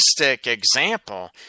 example